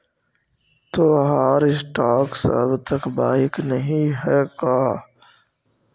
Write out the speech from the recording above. तोहार स्टॉक्स अब तक बाइक नही हैं का